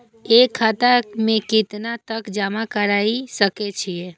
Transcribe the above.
एक खाता में केतना तक जमा राईख सके छिए?